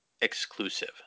exclusive